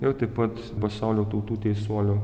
ir taip pat pasaulio tautų teisuolio